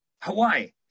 Hawaii